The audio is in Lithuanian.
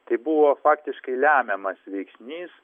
tai buvo faktiškai lemiamas veiksnys